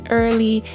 early